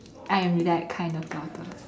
I am that kind of daughter